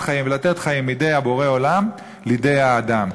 חיים ולתת חיים מידי בורא העולם לידי האדם.